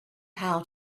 how